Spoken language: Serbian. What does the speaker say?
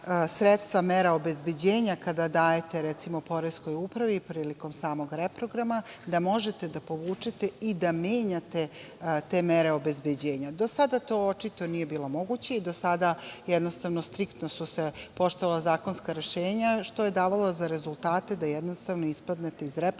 sredstva mera obezbeđenja kada dajete, recimo, poreskoj upravi, prilikom samog reprograma, da možete da povučete i da menjate te mere obezbeđenja. To sada to očito nije bilo moguće i do sada jednostavno striktno su se poštovala zakonska rešenja, što je davalo za rezultate da jednostavno ispadnete iz reprograma